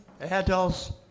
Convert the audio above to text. adults